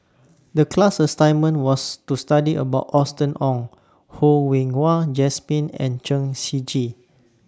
The class assignment was to study about Austen Ong Ho Yen Wah Jesmine and Chen Shiji